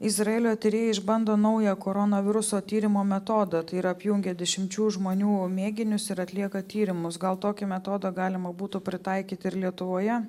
izraelio tyrėjai išbando naują koronaviruso tyrimo metodą tai yra apjungia dešimčių žmonių mėginius ir atlieka tyrimus gal tokį metodą galima būtų pritaikyti ir lietuvoje